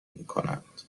میکنند